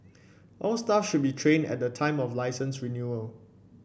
all staff should be trained at the time of licence renewal